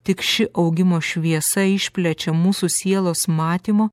tik ši augimo šviesa išplečia mūsų sielos matymo